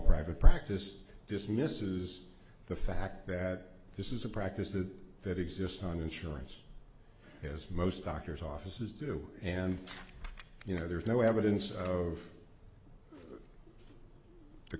private practice dismisses the fact that this is a practice that that exists on insurance as most doctor's offices do and you know there's no evidence of the